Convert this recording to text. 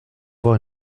avoir